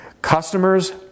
Customers